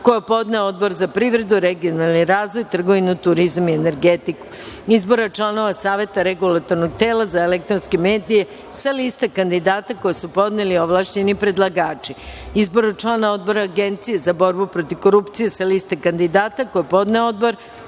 je podneo Odbor za privredu, regionalni razvoj, trgovinu, turizam i energetiku; Izboru članova Saveta Regulatornog tela za elektronske medije, sa liste kandidata koje su podneli ovlašćeni predlagači; Izboru člana Odbora Agencije za borbu protiv korupcije sa liste kandidata koji je podneo Odbor